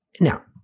now